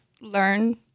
learn